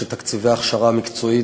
שתקציבי ההכשרה המקצועית,